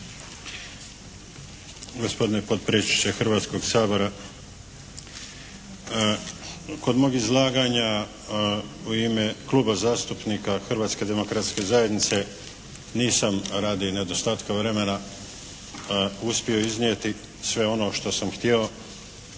Gospodine potpresjedniče Hrvatskog sabora. Kod mog izlaganja u ime Kluba zastupnika Hrvatske demokratske zajednice nisam radi nedostatka vremena uspio iznijeti sve ono što sam htjeo